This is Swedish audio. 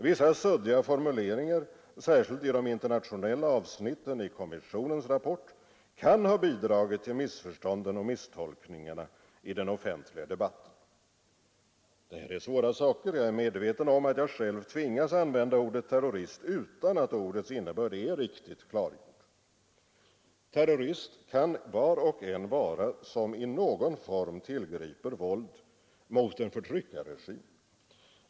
Vissa suddiga formuleringar, särskilt i de internationella avsnitten i kommissionens rapport, kan ha bidragit till missförstånden och misstolkningarna i den offentliga debatten. Det här är svåra saker. Jag är medveten om att jag själv tvingas använda ordet terrorist utan att ordets innebörd är riktigt klargjord. Terrorist kan var och en vara som i någon form tillgriper våld mot en förtryckarregim.